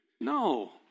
No